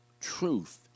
truth